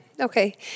okay